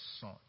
son